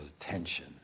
attention